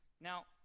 now